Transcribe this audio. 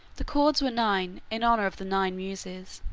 the cords were nine, in honor of the nine muses.